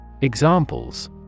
Examples